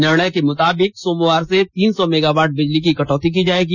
निर्णय के मुताबिक सोमवार से तीन सौ मेगावाट बिजली की कटौती की जाएगी